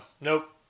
nope